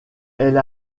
elle